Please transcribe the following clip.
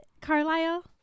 Carlisle